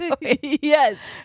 yes